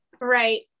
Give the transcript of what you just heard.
Right